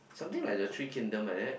something like the three kingdom like that